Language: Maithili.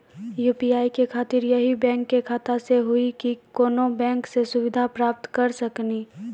यु.पी.आई के खातिर यही बैंक के खाता से हुई की कोनो बैंक से सुविधा प्राप्त करऽ सकनी?